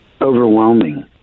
overwhelming